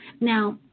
Now